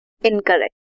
incorrect